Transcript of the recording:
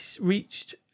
reached